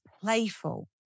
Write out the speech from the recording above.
playful